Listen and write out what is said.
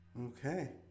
Okay